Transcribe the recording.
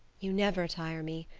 you never tire me.